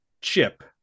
Chip